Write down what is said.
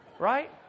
Right